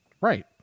Right